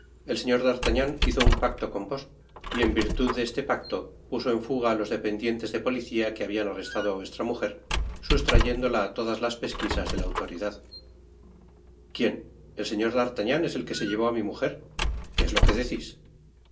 el señor d'artagnan hizo un pacto con vos y en virtud de este pacto puso en fuga á los dependientes de policia que habian arrestado á vuestra mujer sustrayéndola á todas las pesquisas de la autoridad quien el señor d'artagnan es el que se llevó á mi mujer qué es lo que decis